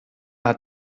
hat